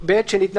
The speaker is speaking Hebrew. השגה